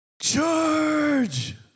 Charge